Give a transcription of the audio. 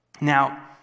Now